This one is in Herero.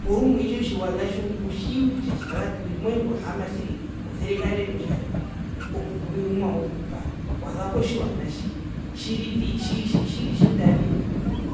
Porumwe itjo tjiwana tjo utjii kutja tjazapi uriri moenene ohaama oserekarere kutja omundu ngo ngumovanga okukupa waza kotjiwana tji tjirivii tjitji tji ritjindavii